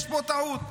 יש פה טעות.